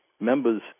members